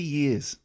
years